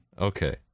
Okay